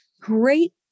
Great